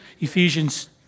Ephesians